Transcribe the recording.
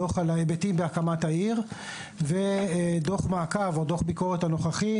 דוח על ההיבטים בהקמת העיר ודוח מעקב או דוח ביקורת נוכחי